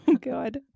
god